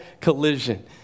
collision